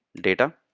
data